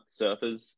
surfers